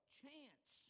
chance